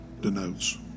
denotes